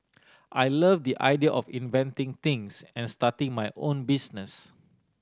I love the idea of inventing things and starting my own business